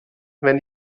wenn